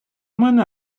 мене